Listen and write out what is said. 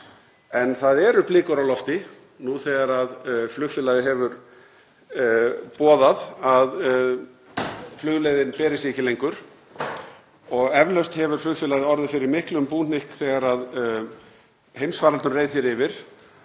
En það eru blikur á lofti nú þegar flugfélagið hefur boðað að flugleiðin beri sig ekki lengur og eflaust hefur flugfélagið orðið fyrir miklum búsifjum þegar heimsfaraldur reið hér yfir,